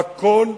הכול,